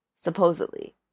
Supposedly